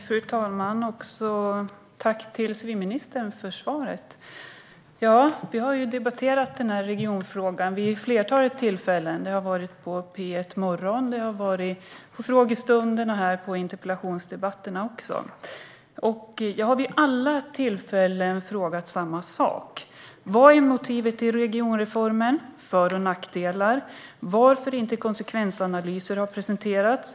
Fru talman! Tack, civilministern, för svaret. Vi har debatterat regionfrågan vid ett flertal tillfällen. Det har varit i P1 Morgon, på frågestunderna här och också i interpellationsdebatterna. Jag har vid alla tillfällen frågat samma sak. Vad är motivet till regionreformen? Vad finns det för för och nackdelar? Varför har inte konsekvensanalyser presenterats?